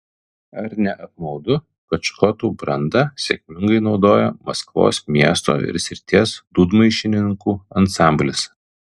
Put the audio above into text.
ar ne apmaudu kad škotų brandą sėkmingai naudoja maskvos miesto ir srities dūdmaišininkų ansamblis